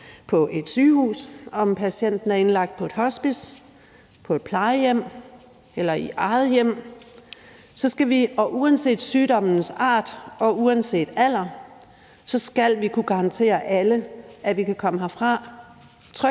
på et sygehus, om patienten er indlagt på et hospice, på et plejehjem eller i eget hjem, uanset sygdommens art og uanset alder, så skal vi kunne garantere alle, at de kan komme herfra